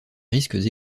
risques